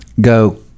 go